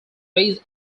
based